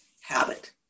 habit